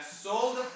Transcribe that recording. sold